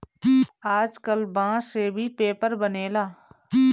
आजकल बांस से भी पेपर बनेला